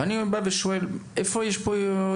אני שואל, איפה יש פה התנגשות?